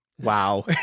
Wow